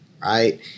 right